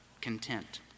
content